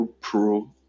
Pro